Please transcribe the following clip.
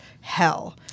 hell